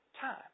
time